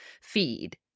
feed